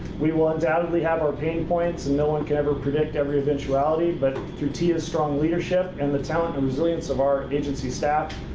we will undoubtedly have our pain points, and no one can ever predict every eventuality. but through a team of strong leadership and the talent and resilience of our agency staff,